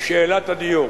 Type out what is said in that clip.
שאלת הדיור.